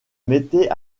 mettait